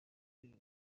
بیاره